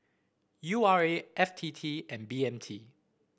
U R A F T T and B M T